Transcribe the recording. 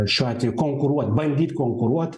šiuo atveju konkuruot bandyt konkuruot